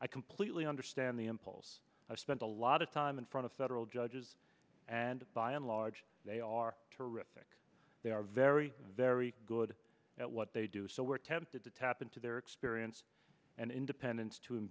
i completely understand the impulse of spent a lot of time in front of federal judges and by and large they are terrific they are very very good at what they do so we're tempted to tap into their experience and independence to i